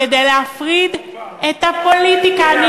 כדי להפריד את הפוליטיקה, הנה, אמרת.